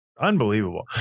Unbelievable